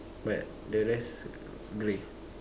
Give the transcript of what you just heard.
but the rest grey